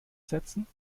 setzen